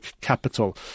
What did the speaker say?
Capital